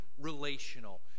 relational